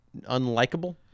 unlikable